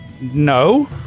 No